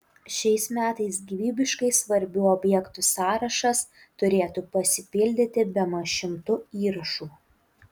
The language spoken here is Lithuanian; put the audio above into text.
šiais metais gyvybiškai svarbių objektų sąrašas turėtų pasipildyti bemaž šimtu įrašų